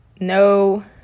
no